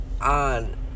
on